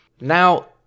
Now